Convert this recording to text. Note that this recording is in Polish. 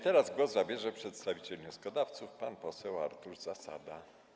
Teraz głos zabierze przedstawiciel wnioskodawców pan poseł Artur Zasada.